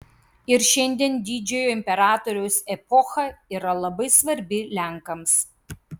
ir šiandien didžiojo imperatoriaus epocha yra labai svarbi lenkams